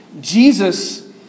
Jesus